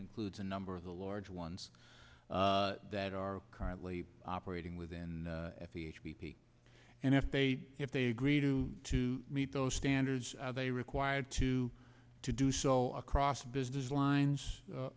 includes a number of the large ones that are currently operating within b p and if they if they agree to meet those standards are they required to do so across business lines